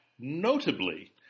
Notably